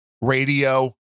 radio